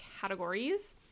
categories